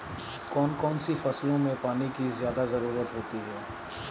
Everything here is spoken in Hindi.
कौन कौन सी फसलों में पानी की ज्यादा ज़रुरत होती है?